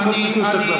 שינוי הקונסטיטוציות,